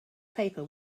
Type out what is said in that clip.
paper